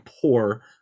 poor